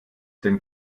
denn